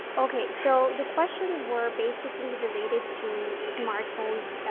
okay. so the questions were basically related to smartphones, ah,